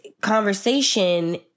conversation